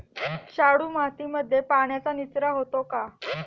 शाडू मातीमध्ये पाण्याचा निचरा होतो का?